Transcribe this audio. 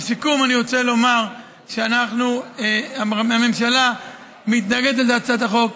לסיכום, אני רוצה לומר שהממשלה מתנגדת להצעת החוק.